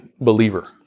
believer